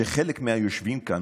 שחלק מהיושבים כאן,